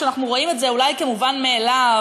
שאנחנו רואים את זה אולי כמובן מאליו,